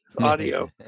audio